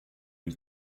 une